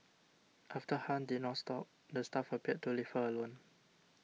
after Han did not stop the staff appeared to leave her alone